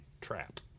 trap